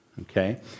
Okay